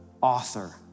author